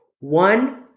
one